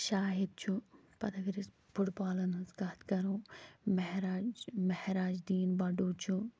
شاہِد چھُ پتہٕ اگر أسۍ فُٹبالن ہنٛز کتھ کرو مہراج مہراج دیٖن بنڈو چھُ